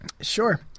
Sure